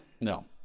No